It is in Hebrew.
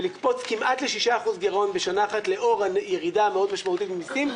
ולקפוץ כמעט ל-6% גרעון בשנה אחת לאור הירידה המאוד משמעותית ממסים,